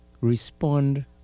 respond